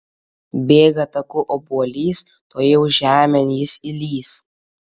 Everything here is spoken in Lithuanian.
bėga taku obuolys tuojau žemėn jis įlįs